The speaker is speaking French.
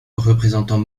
représentant